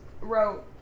wrote